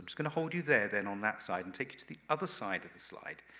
going to hold you there then, on that side, and take it to the other side of the slide.